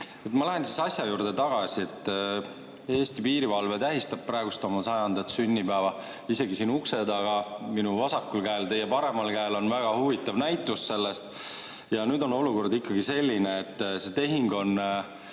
Ma lähen siis asja juurde tagasi. Eesti piirivalve tähistab praegu oma 100. sünnipäeva. Siin ukse taga minu vasakul käel ja teie paremal käel on väga huvitav näitus sellest. Ja nüüd on olukord selline, et see tehing on